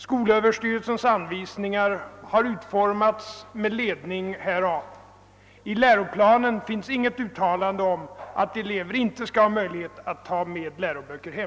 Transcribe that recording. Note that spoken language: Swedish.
Skolöverstyrelsens anvisningar har utformats med ledning härav. I läroplanen finns inget uttalande om att elever inte skall ha möjlighet att ta med läroböcker hem.